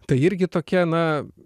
tai irgi tokia na